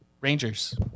Rangers